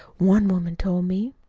one woman told me.